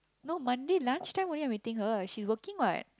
no Monday lunch time only I'm meeting her she's working what